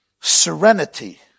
serenity